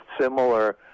similar